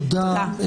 תודה.